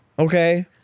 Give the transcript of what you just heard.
Okay